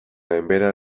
gainbehera